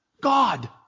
God